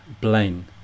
Blaine